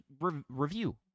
review